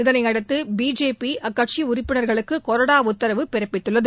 இதனையடுத்து பிஜேபி அக்கட்சி உறுப்பினர்களுக்கு கொறடா உத்தரவு பிறப்பித்துள்ளது